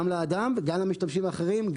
גם לאדם וגם למשתמשים האחרים.